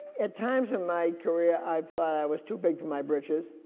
at times in my career, i thought i was too big for my breeches.